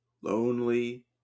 lonely